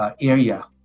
area